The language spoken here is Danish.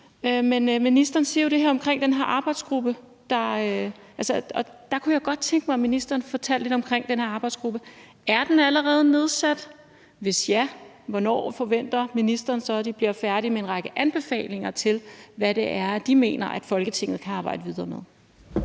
må man bare sige. Ministeren nævner den her arbejdsgruppe, og der kunne jeg godt tænke mig, at ministeren fortalte lidt om den arbejdsgruppe: Er den allerede nedsat? Og hvis ja, hvornår forventer ministeren så at den bliver færdig med en række anbefalinger til, hvad det er, de mener at Folketinget kan arbejde videre med?